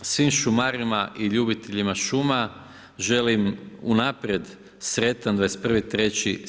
Svim šumarima i ljubiteljima šuma želim unaprijed sretan 21.03.